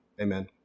amen